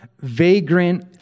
vagrant